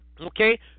Okay